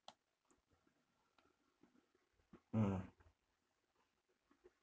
mm